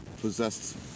possessed